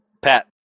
Pat